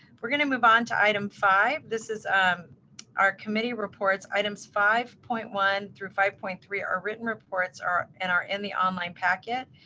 we are going to move on to item five. this is our committee reports. items five point one through five point three. the written reports are and are in the online packet.